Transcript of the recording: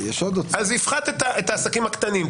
אז הפחתת את העסקים הקטנים,